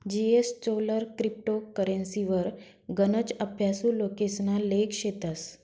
जीएसचोलर क्रिप्टो करेंसीवर गनच अभ्यासु लोकेसना लेख शेतस